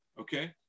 Okay